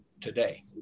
today